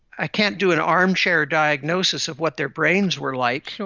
i can't do an armchair diagnosis of what their brains were like,